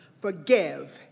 forgive